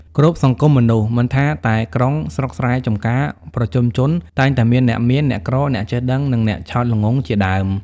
គ្រប់សង្គមមនុស្ស មិនថាតែក្រុង ស្រុកស្រែចំការ ប្រជុំជន តែងតែមានអ្នកមាន អ្នកក្រ អ្នកចេះដឹង និងអ្នកឆោតល្ងង់ជាដើម។